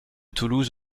toulouse